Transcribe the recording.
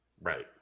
Right